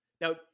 now